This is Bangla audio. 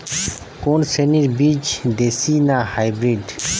কোন শ্রেণীর বীজ দেশী না হাইব্রিড?